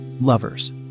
Lovers